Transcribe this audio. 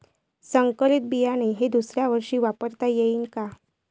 संकरीत बियाणे हे दुसऱ्यावर्षी वापरता येईन का?